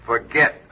Forget